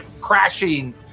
crashing